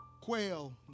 quail